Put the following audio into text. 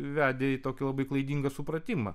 vedė į tokį labai klaidingą supratimą